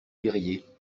liriez